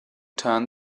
turn